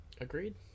agreed